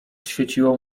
świeciło